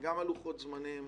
גם על לוחות זמנים,